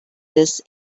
this